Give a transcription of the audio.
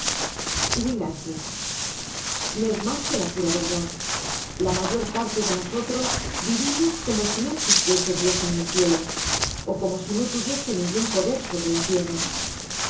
w a no es mas que la pura verdad la mayor parte de nosotros vivimos como si no existiese dios en el cielo ó como si no tuviese ningun poder sobre la tierra